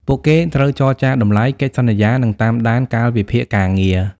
ពួកគេត្រូវចរចារតម្លៃ កិច្ចសន្យា និងតាមដានកាលវិភាគការងារ។